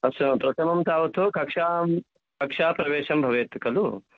अश् प्रथमं तावत् तु कक्षां कक्षाप्रवेशं भवेत् खलु